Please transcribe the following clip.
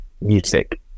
music